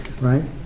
right